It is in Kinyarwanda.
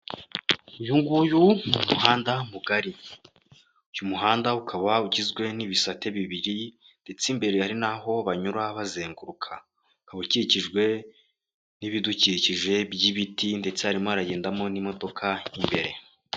Uyu nguyu ni umuhanda mugari. Uyu muhanda ukaba ugizwe n'ibisate bibiri ndetse imbere hari n'aho banyura bazenguruka. Ukaba ukikijwe n'ibidukikije by'ibiti ndetse harimo haragendamo n'imodoka imbere.